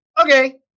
okay